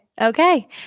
Okay